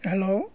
hello